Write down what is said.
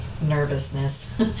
nervousness